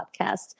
podcast